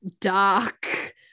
dark